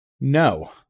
No